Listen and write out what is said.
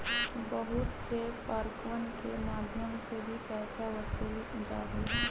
बहुत से पार्कवन के मध्यम से भी पैसा वसूल्ल जाहई